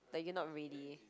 like you not ready